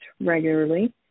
regularly